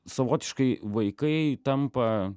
savotiškai vaikai tampa